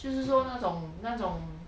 就是说那种那种